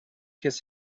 his